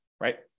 right